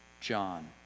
John